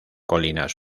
colinas